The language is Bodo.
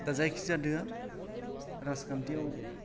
दा जायखि जादोआ राजखान्थियाव